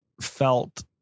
felt